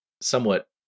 somewhat